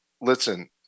Listen